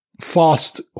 fast